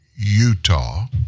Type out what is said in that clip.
Utah